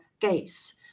case